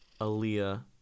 Aaliyah